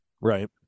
Right